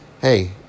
Hey